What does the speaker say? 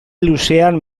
luzean